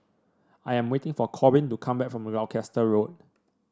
I am waiting for Corbin to come back from Gloucester Road